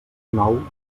nou